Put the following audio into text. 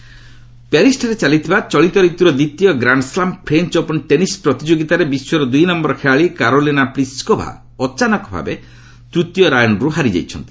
French open ପ୍ୟାରିସ୍ଠାରେ ଚାଲିଥିବା ଚଳିତ ରତୁର ଦ୍ୱିତୀୟ grand slam French open tennis ପ୍ରତିଯୋଗିତାରେ ବିଶ୍ୱର ଦୁଇ ନମ୍ଭର ଖେଳାଳୀ କାରୋଲିନା ପ୍ରିସ୍କୋଭା ଅଚାନକ ଭାବେ ତୂତୀୟ ରାଉଣ୍ଡ୍ରୁ ହାରିଯାଇଛନ୍ତି